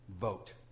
Vote